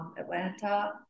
Atlanta